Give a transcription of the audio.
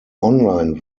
online